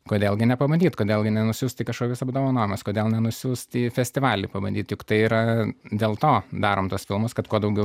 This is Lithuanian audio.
kodėl gi nepabandyt kodėl gi nenusiųst į kažkokius apdovanojimus kodėl nenusiųst į festivalį pabandyt juk tai yra dėl to darom tuos filmus kad kuo daugiau